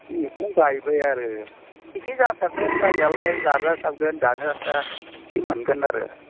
बेखौनो गायबाय आरो एसे जासाबदों जानायालाय जाजा साबगोन जानो आन्था एसे मोनगोन आरो